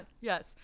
Yes